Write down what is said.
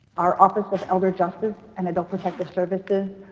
our office of elder justice and adult protective services,